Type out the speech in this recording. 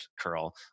curl